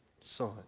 son